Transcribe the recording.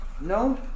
No